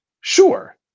sure